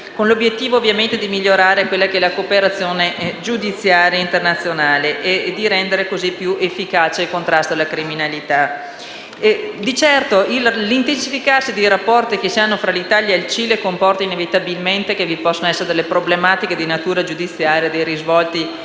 con l'obiettivo di migliorare la cooperazione giudiziaria internazionale e di rendere così più efficace il contrasto alla criminalità. Di certo, l'intensificarsi dei rapporti fra l'Italia e il Cile comporta inevitabilmente che vi possano essere delle problematiche di natura giudiziaria e dei risvolti